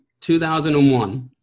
2001